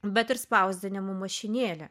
bet ir spausdinimo mašinėlę